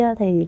thì